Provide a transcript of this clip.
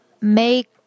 make